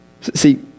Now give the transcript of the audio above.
See